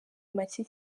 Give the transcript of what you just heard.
make